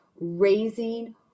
Raising